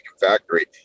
factory